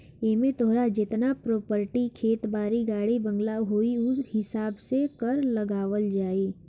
एमे तोहार जेतना प्रापर्टी खेत बारी, गाड़ी बंगला होई उ हिसाब से कर लगावल जाई